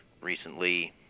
recently